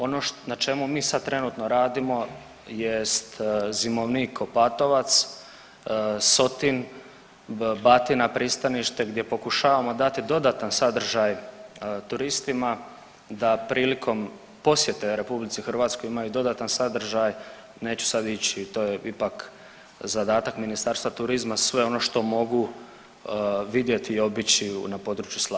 Ono na čemu mi sad trenutno radimo jest zimovnik Opatovac, Sotin, Batina, pristanište gdje pokušavamo dati dodatan sadržaj turistima da prilikom posjete RH imaju dodatan sadržaj, neću sad ići, to je ipak zadatak Ministarstva turizma, sve ono što mogu vidjeti i obići na području Slavonije.